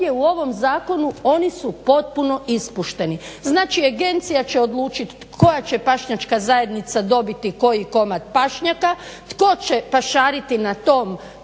u ovom zakonu oni su potpuno ispušteni. Znači agencija će odlučiti koja će pašnjačka zajednica dobiti koji komad pašnjaka, tko će pašariti na tom